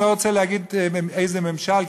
אני לא רוצה להגיד איזה ממשל,